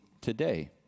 today